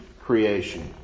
creation